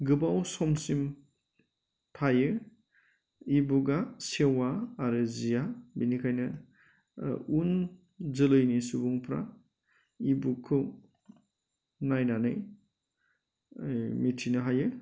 गोबाव समसिम थायो इबुकआ सेवा आरो जिया बेनिखायनो उन जोलैनि सुबुंफ्रा इबुकखौ नायनानै मिथिनो हायो